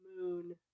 Moon